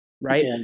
right